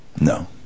No